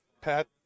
Pat